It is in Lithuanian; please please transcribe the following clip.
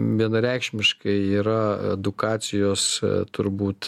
vienareikšmiškai yra edukacijos turbūt